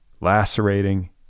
lacerating